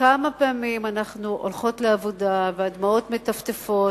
כמה פעמים אנחנו הולכות לעבודה והדמעות מטפטפות,